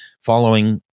following